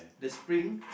the spring